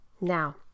Now